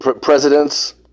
presidents